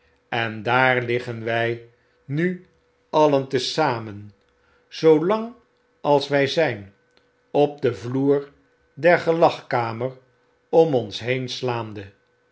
en daar liggen wij nu alien te zamen zoo lang als wy zyn op den vloer der gelagkamer om ons heen slaande